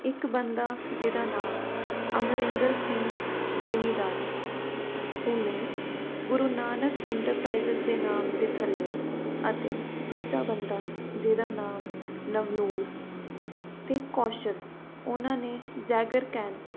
ਇੱਕ ਬੰਦਾ ਜਿਹਦਾ ਨਾਮ ਅਮਰਿੰਦਰ ਸਿੰਘ ਜਿਮੀਦਾਰ ਉਹਨੇ ਗੁਰੂ ਨਾਨਕ ਐਂਟਰਪ੍ਰਾਈਜ਼ਸ ਦੇ ਨਾਮ ਦੇ ਥੱਲੇ ਅਤੇ ਦੂਜਾ ਬੰਦਾ ਜਿਹਦਾ ਨਾਮ ਨਵਨੂਰ ਅਤੇ ਕੌਸ਼ਨ ਉਹਨਾਂ ਨੇ ਜਾਗਰ ਕੈਨ